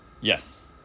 Yes